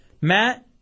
Matt